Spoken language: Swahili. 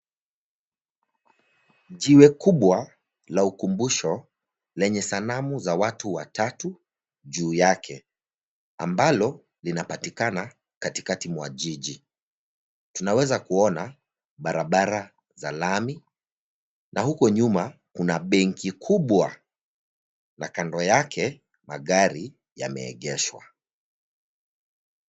Jiwe kubwa la ukumbusho lenye sanamu za watu watatu juu yake, ambalo linapatikana katikati mwa jiji. Tunaweza kuona barabara za lami, na huko nyuma kuna nmbwnki kubwa na kando yake magari yameengeshwa.